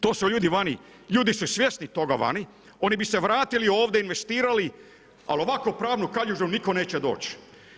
To su ljudi vani, ljudi su svjesni toga vani, oni bi se vratili ovdje, investirali ali u ovakvu pravnu kaljužu nitko neće doći.